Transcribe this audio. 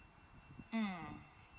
mm